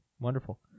Wonderful